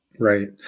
Right